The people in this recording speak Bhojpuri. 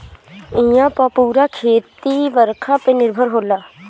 इहां पअ पूरा खेती बरखा पे निर्भर होला